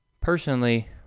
personally